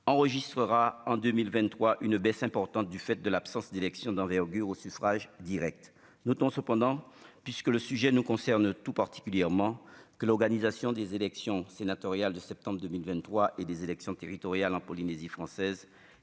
enregistrera en 2023 une baisse importante du fait de l'absence d'élections d'envergure au suffrage Direct, notons cependant puisque le sujet nous concerne tout particulièrement que l'organisation des élections sénatoriales de septembre 2023 et des élections territoriales en Polynésie française,